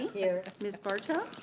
here. ms. barto,